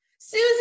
Susie